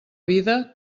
vida